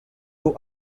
two